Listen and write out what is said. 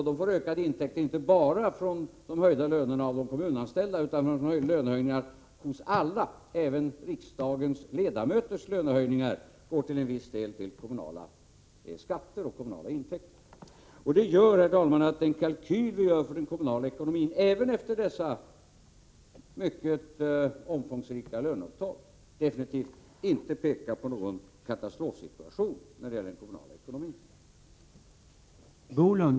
De får ökade intäkter inte ekohernin bara från de höjda lönerna för de kommunanställda utan även från lönehöjningar för alla — även riksdagens ledamöters lönehöjningar går till viss del till kommunala skatter och intäkter. Detta gör, herr talman, att den kalkyl som görs för den kommunala ekonomin definitivt inte pekar på någon katastrofal situation, inte heller efter dessa mycket omfångsrika löneavtal.